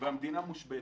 והמדינה מושבתת.